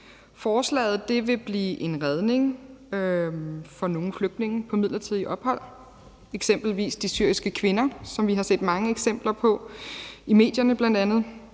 Forslaget vil blive en redning for nogle flygtninge på midlertidigt ophold, eksempelvis de syriske kvinder, som vi har set mange eksempler på i medierne bl.a. – unge